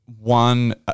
one